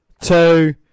two